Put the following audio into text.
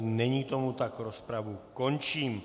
Není tomu tak, rozpravu končím.